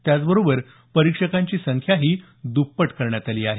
त्याचबरोबर परीक्षकांची संख्याही दुप्पट करण्यात आली आहे